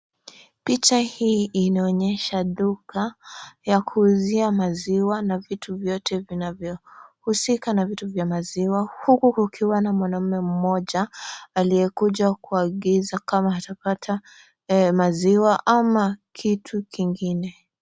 Picha hii inaonyesha duka ya kuuzia maziwa na vitu vyote vinavyohusika na vitu vya maziwa huku kukiwa na mwanamume mmoja aliyekuja kuagiza kama atapata maziwa ama kitu kingine.